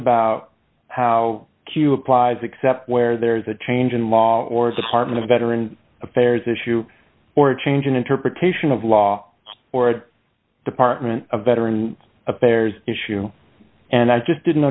about how q applies except where there is a change in law or department of veteran affairs issue or a change in interpretation of law or the department of veteran affairs issue and i just didn't